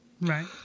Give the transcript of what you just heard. Right